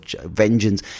vengeance